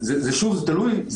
זה תלוי.